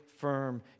firm